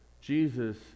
Jesus